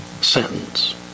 sentence